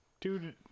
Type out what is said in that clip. dude